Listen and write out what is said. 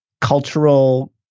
cultural